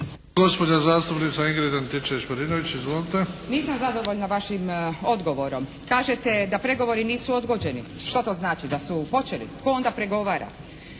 Izvolite. **Antičević Marinović, Ingrid (SDP)** Nisam zadovoljna vašim odgovorom. Kažete da pregovori nisu odgođeni. Što to znači? Da su počeli? Tko onda pregovara?